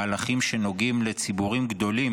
מהלכים שנוגעים לציבורים גדולים